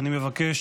אני מבקש,